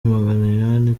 maganinani